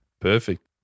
Perfect